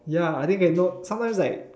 ya I think I know sometimes like